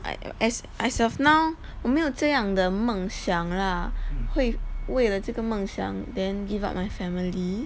like as as of now 我没有这样的梦想 lah 会为了这个梦想 then give up my family